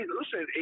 listen